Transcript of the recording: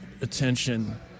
attention